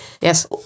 Yes